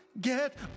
get